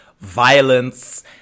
violence